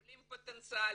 עולים פוטנציאלים,